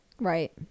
Right